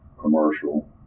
commercial